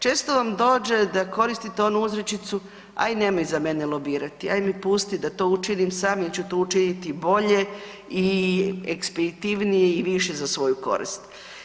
Često vam dođe da koristite onu uzrečicu „aj' nemoj za mene lobirati, aj' me pusti da to učinim sam jer to učiniti bolje i ekspeditivnije i više za svoju korist“